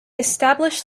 established